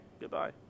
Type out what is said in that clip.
Goodbye